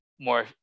more